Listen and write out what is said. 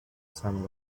some